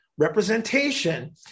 representation